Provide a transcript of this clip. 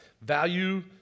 value